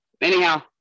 Anyhow